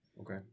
Okay